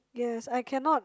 yes I cannot